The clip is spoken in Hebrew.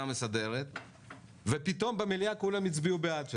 המסדרת ופתאום במליאה כולם הצביעו בעד,